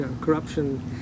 corruption